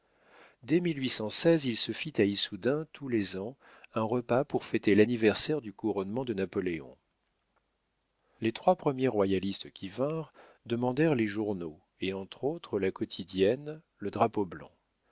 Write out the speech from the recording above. dès il se fit à issoudun tous les ans un repas pour fêter l'anniversaire du couronnement de napoléon les trois premiers royalistes qui vinrent demandèrent les journaux et entre autres la quotidienne le drapeau blanc